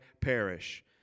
perish